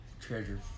Treasure